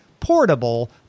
portable